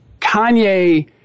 Kanye